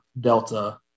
Delta